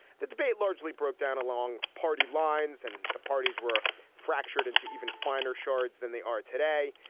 that debate largely broke down along party lines, and the parties were fractured into even finer shards than they are today.